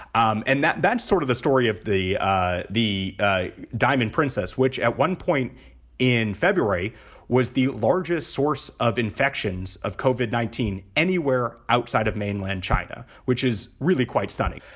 um and that that's sort of the story of the ah the diamond princess, which at one point in february was the largest source of infections of cova nineteen, anywhere outside of mainland china, which is really quite stunning.